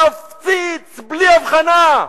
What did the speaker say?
מפציץ בלי הבחנה.